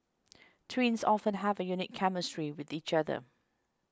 twins often have a unique chemistry with each other